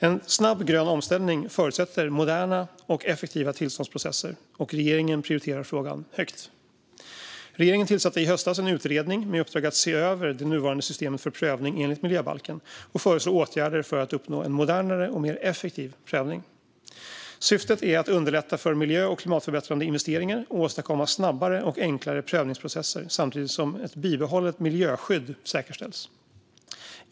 En snabb grön omställning förutsätter moderna och effektiva tillståndsprocesser, och regeringen prioriterar frågan högt. Regeringen tillsatte i höstas en utredning med uppdrag att se över det nuvarande systemet för prövning enligt miljöbalken och föreslå åtgärder för att uppnå en modernare och mer effektiv prövning. Syftet är att underlätta för miljö och klimatförbättrande investeringar och åstadkomma snabbare och enklare prövningsprocesser samtidigt som ett bibehållet miljöskydd säkerställs.